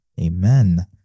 amen